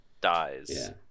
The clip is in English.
dies